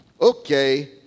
Okay